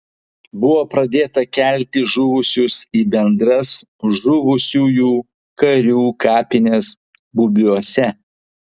buvo pradėta kelti žuvusius į bendras žuvusiųjų karių kapines bubiuose